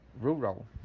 rural